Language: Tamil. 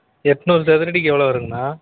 எண்நூறு சதுரடிக்கு எவ்வளோ வருங்கண்ணா